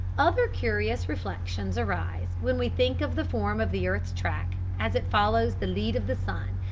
other curious reflections arise when we think of the form of the earth's track as it follows the lead of the sun,